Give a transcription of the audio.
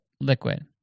liquid